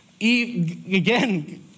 Again